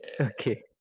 Okay